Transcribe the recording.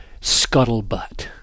scuttlebutt